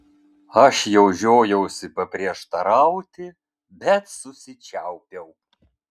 aš jau žiojausi paprieštarauti bet susičiaupiau